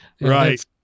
right